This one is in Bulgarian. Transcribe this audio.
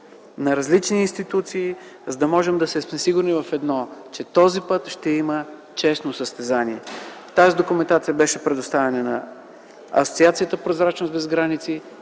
на различни институции, за да можем да сме сигурни в едно – че този път ще има честно състезание. Тази документация беше предоставена и на асоциацията „Прозрачност без граници”,